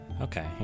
okay